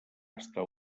estar